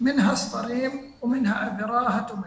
מן הספרים ומן האווירה התומכת.